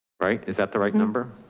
right. is that the right number?